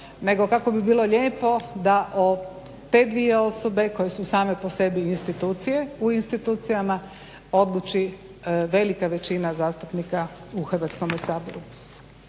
nego kako bi bilo lijepo da o te dvije osobe koje su same po sebi institucije u institucijama odluči velika većina zastupnika u Hrvatskome saboru.